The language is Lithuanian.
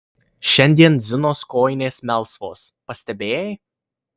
šiandien zinos kojinės melsvos pastebėjai